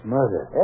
Mother